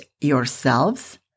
yourselves